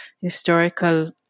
historical